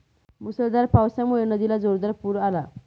मुसळधार पावसामुळे नदीला जोरदार पूर आला